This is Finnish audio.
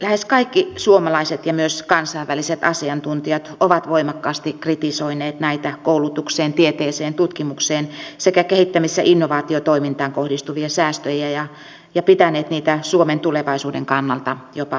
lähes kaikki suomalaiset ja myös kansainväliset asiantuntijat ovat voimakkaasti kritisoineet näitä koulutukseen tieteeseen tutkimukseen sekä kehittämis ja innovaatiotoimintaan kohdistuvia säästöjä ja pitäneet niitä suomen tulevaisuuden kannalta jopa vaarallisina